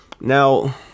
Now